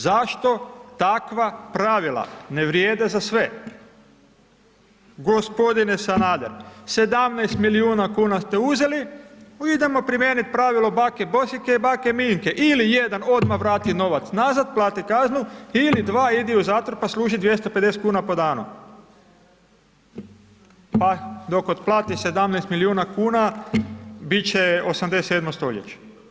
Zašto takva pravila ne vrijede za sve? g. Sanader, 17 milijuna kuna ste uzeli, idemo primijenit pravilo bake Bosiljke i bake Minke ili jedan odmah vrati novac nazad, plati kaznu ili dva, idi u zatvor, pa služi 250,00 kn po danu, pa dok otplati 17 milijuna kuna, bit će 87 stoljeće.